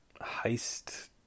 heist